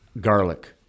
garlic